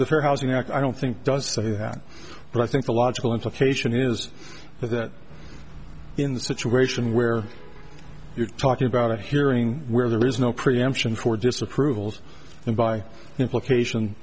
the fair housing act i don't think does say that but i think the logical implication is that in the situation where you're talking about a hearing where there is no preemption for disapprovals and by implication